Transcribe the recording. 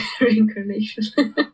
reincarnation